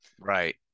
Right